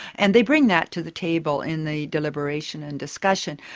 and they bring that to the table in the deliberation and discussion.